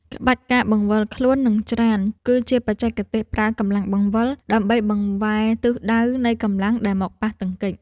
ក្បាច់ ការបង្វិលខ្លួន និងច្រាន គឺជាបច្ចេកទេសប្រើកម្លាំងបង្វិល ដើម្បីបង្វែរទិសដៅនៃកម្លាំងដែលមកប៉ះទង្គិច។